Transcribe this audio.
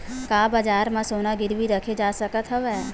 का बजार म सोना गिरवी रखे जा सकत हवय?